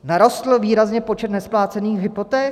Narostl výrazně počet nesplácených hypoték?